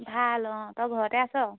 ভাল অঁ তই ঘৰতে আছ